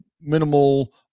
minimal